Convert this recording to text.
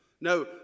No